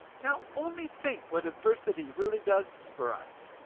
now, only think what adversity really does for us,